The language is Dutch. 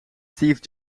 steve